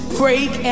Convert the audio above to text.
break